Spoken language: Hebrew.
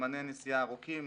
זמני נסיעה ארוכים,